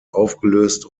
aufgelöst